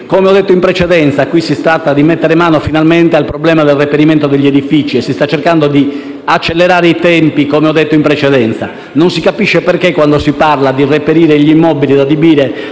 Come ho detto in precedenza, qui si tratta di mettere mano finalmente al problema del reperimento degli edifici e si sta cercando di accelerare i tempi. Non si capisce perché, quando si parla di reperire gli immobili da adibire